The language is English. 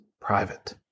private